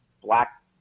black